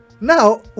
Now